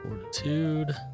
Fortitude